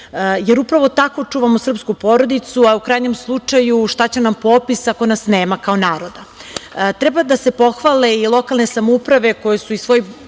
jer upravo tako čuvamo srpsku porodicu, a u krajnjem slučaju šta će nam popis ako nas nema kao naroda? Treba da se pohvale i lokalne samouprave koje iz svojih